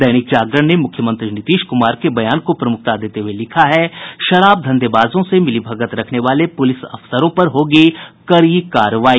दैनिक जागरण ने मुख्यमंत्री नीतीश कुमार के बयान को प्रमुखता देते हुये लिखा है शराब धंधेबाजों से मिलीभगत रखने वाले पुलिस अफसरों पर होगी कड़ी कार्रवाई